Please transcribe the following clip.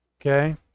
okay